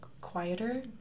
quieter